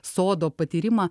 sodo patyrimą